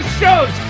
shows